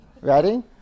Ready